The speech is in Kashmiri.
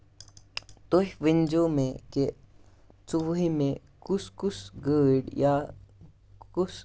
تُہۍ ؤنۍزیو مےٚ کہِ ژوٚوُہِمہِ کُس کُس گٲڑۍ یا کُس